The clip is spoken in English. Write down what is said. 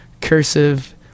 Cursive